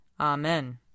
Amen